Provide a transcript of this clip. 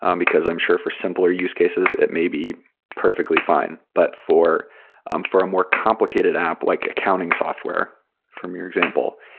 um because i'm sure for simpler use cases it may be perfectly fine. but for um for a more complicated app, like accounting software from your example,